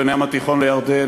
בין הים התיכון לירדן.